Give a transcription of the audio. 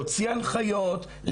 להוציא הנחיות.